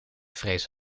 vrees